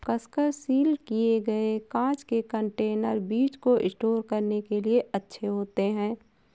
कसकर सील किए गए कांच के कंटेनर बीज को स्टोर करने के लिए अच्छे होते हैं